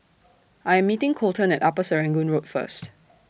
I Am meeting Colten At Upper Serangoon Road First